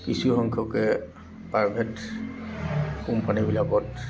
কিছুসংখ্যকে প্ৰাইভেট কোম্পানীবিলাকত